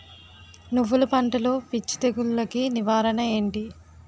నువ్వులు పంటలో పిచ్చి తెగులకి నివారణ ఏంటి?